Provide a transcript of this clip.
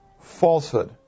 Falsehood